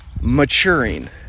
maturing